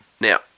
Now